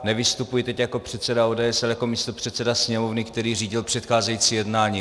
Nevystupuji teď jako předseda ODS, ale jako místopředseda Sněmovny, který řídil předcházející jednání.